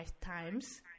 times